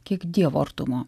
kiek dievo artumo